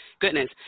Goodness